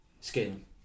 scaling